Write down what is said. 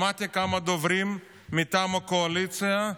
שמעתי כמה דוברים מטעם הקואליציה,